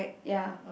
ya